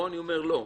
או שאני אומר: לא,